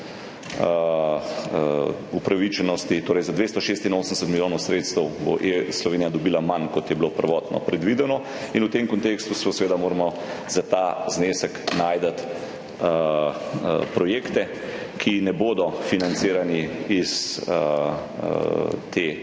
upravičenosti – torej, 286 milijonov sredstev bo Slovenija dobila manj, kot je bilo prvotno predvideno, in v tem kontekstu seveda moramo za ta znesek najti projekte, ki ne bodo financirani iz tega